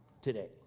today